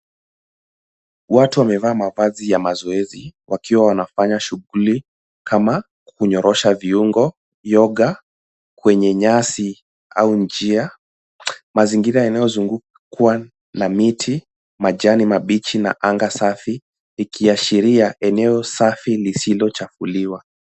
Watu wamevaa mavazi ya mazoezi wakiwa wanafanya shughuli kama kunyorosha viungo, yoga kwenye nyasi au njia .Mazingira yanayozungukwa na miti, majani mabichi na anga safi ikiashiria eneo safi lisiyochafuliwa.